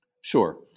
Sure